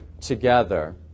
together